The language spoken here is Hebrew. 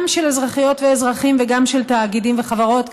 גם של אזרחיות ואזרחים וגם של תאגידים וחברות,